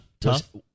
tough